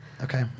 Okay